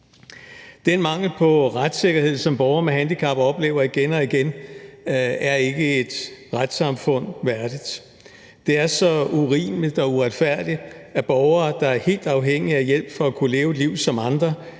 Den mangel på retssikkerhed, som borgere med handicap oplever igen og igen, er ikke et retssamfund værdigt. Det er så urimeligt og uretfærdigt, at borgere, der er helt afhængige af hjælp for at kunne leve et liv som andre,